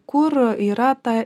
kur yra ta